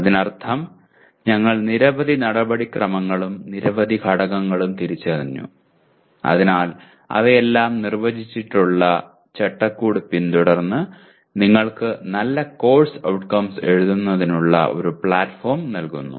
അതിനർത്ഥം ഞങ്ങൾ നിരവധി നടപടിക്രമങ്ങളും നിരവധി ഘടകങ്ങളും തിരിച്ചറിഞ്ഞു അതിനാൽ അവയെല്ലാം നിർവ്വചിച്ചിട്ടുള്ള ചട്ടക്കൂട് പിന്തുടർന്ന് നിങ്ങൾക്ക് നല്ല കോഴ്സ് ഔട്ട്കംസ് എഴുതുന്നതിനുള്ള ഒരു പ്ലാറ്റ്ഫോം നൽകുന്നു